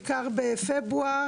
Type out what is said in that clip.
בעיקר בפברואר,